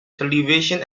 television